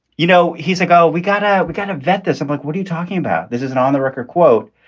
you know, he's like, oh, we got to we kind of vet this. i'm like, what are you talking about? this is an on the record quote.